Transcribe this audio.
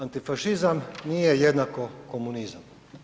Antifašizam nije jednako komunizam.